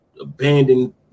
abandoned